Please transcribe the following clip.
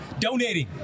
donating